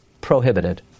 prohibited